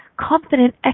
Confident